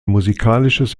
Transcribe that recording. musikalisches